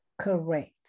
Correct